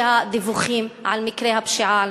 שהדיווחים על מקרי הפשיעה,